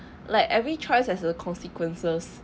like every choice has a consequences